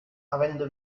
avendo